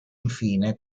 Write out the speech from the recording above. infine